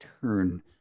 turn